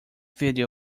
video